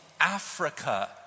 Africa